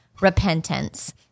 repentance